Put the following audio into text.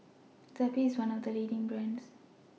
Zappy IS one of The leading brands